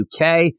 UK